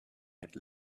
had